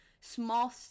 small